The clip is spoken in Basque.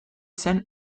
zen